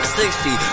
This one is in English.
sixty